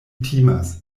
timas